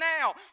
now